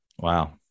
Wow